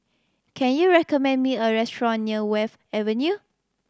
can you recommend me a restaurant near Wharf Avenue